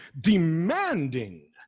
demanding